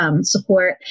support